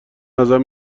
ازم